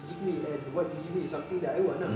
give me and what you give me is something that I want ah